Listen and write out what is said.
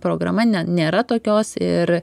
programa nėra tokios ir